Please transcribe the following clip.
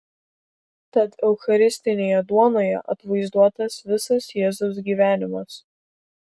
tad eucharistinėje duonoje atvaizduotas visas jėzaus gyvenimas